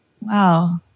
Wow